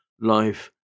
life